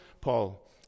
Paul